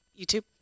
YouTube